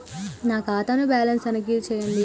నా ఖాతా ను బ్యాలన్స్ తనిఖీ చేయండి?